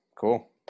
cool